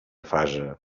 fase